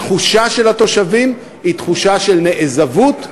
התחושה של התושבים היא תחושה של נעזבות.